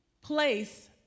place